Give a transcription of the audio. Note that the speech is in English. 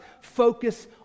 focus